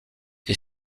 est